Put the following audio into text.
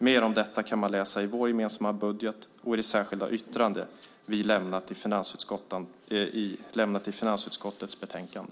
Mer om detta kan man läsa i vår gemensamma budget och i det särskilda yttrande vi lämnat i finansutskottets betänkande.